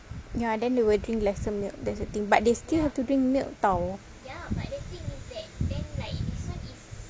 ya then they will drink lesser milk that's the thing but they still have to drink milk [tau]